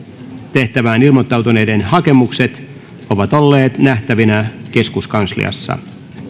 tehtävään ilmoittautuneiden hakemukset ovat olleet nähtävinä keskuskansliassa